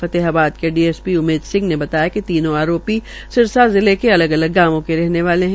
फतेहाबद के डीएसपी उमेद सिंह ने बताया कि तीनों आरोपी सिरसा जिले के अलग अलग गांवों के रहने वाले हैं